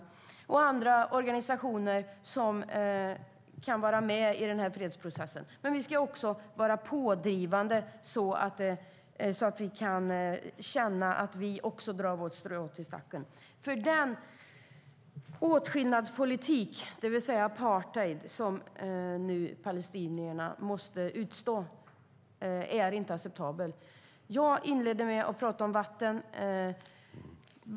Det gäller också andra organisationer som kan vara med i fredsprocessen. Vi ska vara pådrivande så att vi kan känna att vi också drar vårt strå till stacken. Den åtskillnadspolitik, det vill säga apartheid, som palestinierna nu måste utstå är inte acceptabel. Jag inledde med att tala om vatten.